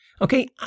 Okay